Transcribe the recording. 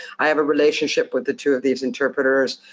i have a relationship with the two of these interpreters.